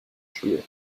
spiel